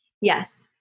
Yes